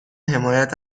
حمایت